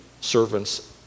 servants